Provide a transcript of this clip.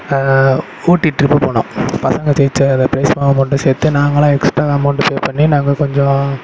ஊட்டி trip போனோம் பசங்கள் ஜெயித்த அந்த பிரைஸ்லாம் அமௌண்ட்டை சேர்த்து நாங்கள்லாம் எக்ஸ்ட்ரா அமௌண்ட்டு பே பண்ணி நாங்கள் கொஞ்சம்